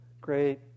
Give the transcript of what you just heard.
great